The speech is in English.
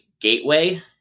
gateway